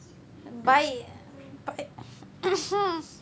bye bye and (uh huh)